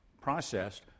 processed